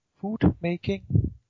food-making